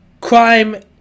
Crime